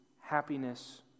happiness